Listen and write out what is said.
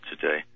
today